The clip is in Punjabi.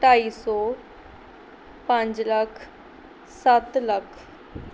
ਢਾਈ ਸੌ ਪੰਜ ਲੱਖ ਸੱਤ ਲੱਖ